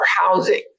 housing